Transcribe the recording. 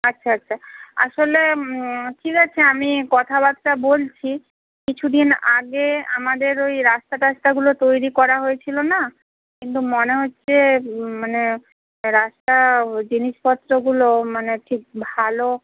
আচ্ছা আচ্ছা আসলে ঠিক আছে আমি কথাবার্তা বলছি কিছুদিন আগে আমাদের ওই রাস্তা টাস্তাগুলো তৈরি করা হয়েছিল না কিন্তু মনে হচ্ছে মানে রাস্তা জিনিসপত্রগুলো মানে ঠিক ভালো